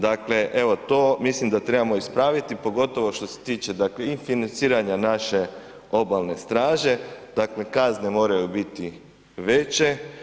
Dakle, evo to mislim da trebamo ispraviti, pogotovo što se tiče dakle i financiranja naše Obalne straže, dakle kazne moraju biti veće.